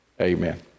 Amen